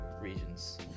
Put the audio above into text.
regions